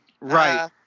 Right